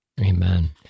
Amen